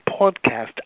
podcast